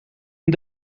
een